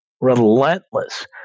relentless